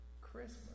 Christmas